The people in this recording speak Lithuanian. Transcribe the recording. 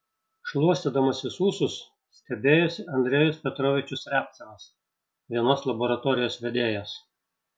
šluostydamasis ūsus stebėjosi andrejus petrovičius riabcevas vienos laboratorijos vedėjas